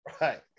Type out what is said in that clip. Right